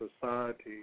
society